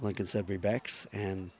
like it's every backs and